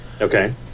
Okay